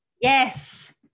Yes